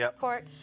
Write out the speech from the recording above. Court